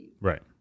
Right